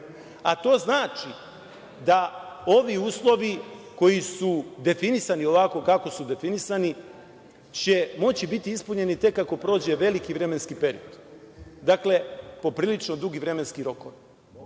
To znači da će ovi uslovi, koji su definisani ovako kako su definisani, moći biti ispunjeni tek ako prođe veliki vremenski period. Dakle, poprilično dugi vremenski